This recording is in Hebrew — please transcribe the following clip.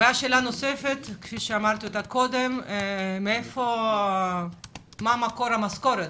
שאלה נוספת היא מה מקור המשכורת?